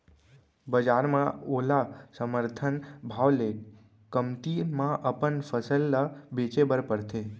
बजार म ओला समरथन भाव ले कमती म अपन फसल ल बेचे बर परथे